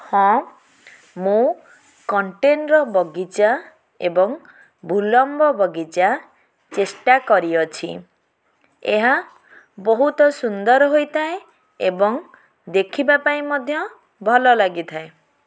ହଁ ମୁଁ କଣ୍ଟେନ୍ର ବଗିଚା ଏବଂ ଭୂଲମ୍ବ ବଗିଚା ଚେଷ୍ଟା କରିଅଛି ଏହା ବହୁତ ସୁନ୍ଦର ହୋଇଥାଏ ଏବଂ ଦେଖିବା ପାଇଁ ମଧ୍ୟ ଭଲ ଲାଗିଥାଏ